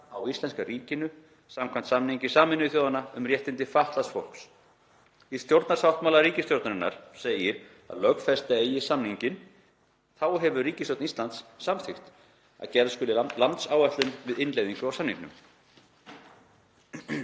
á íslenska ríkinu samkvæmt samningi Sameinuðu þjóðanna um réttindi fatlaðs fólks. Í stjórnarsáttmála ríkisstjórnarinnar segir að lögfesta eigi samninginn. Þá hefur ríkisstjórn Íslands samþykkt að gerð skuli landsáætlun um innleiðingu á samningnum.